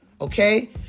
okay